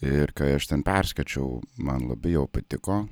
ir kai aš ten perskaičiau man labai jau patiko